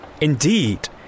Indeed